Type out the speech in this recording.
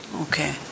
Okay